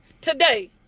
today